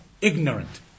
ignorant